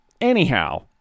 Anyhow